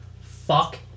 fuck